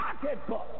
pocketbook